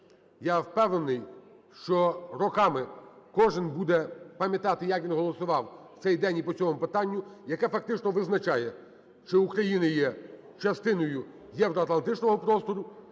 Я впевнений, що роками кожен буде пам'ятати, як він голосував в цей день і по цьому питанню, яке, фактично, визначає, чи Україна є частиною євроатлантичного простору,